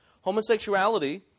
Homosexuality